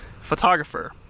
photographer